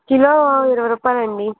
kilo ఇరవై రుపాయలండి